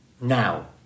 Now